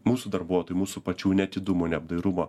mūsų darbuotojų mūsų pačių neatidumo neapdairumo